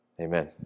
Amen